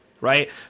right